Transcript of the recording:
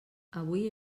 avui